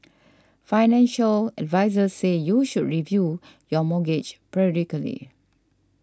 financial advisers say you should review your mortgage periodically